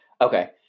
Okay